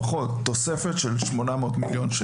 תוספת של לפחות 800 מיליון שקל.